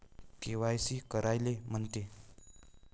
KYC कायले म्हनते?